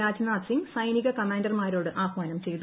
രാജ്ജ്നാഥ്സിംഗ് സൈനിക കമാൻഡർമാരോട് ആഹ്വാനം ചെയ്തു